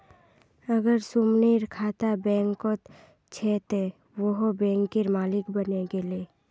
अगर सुमनेर खाता बैंकत छ त वोहों बैंकेर मालिक बने गेले